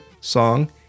song